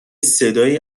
صدایی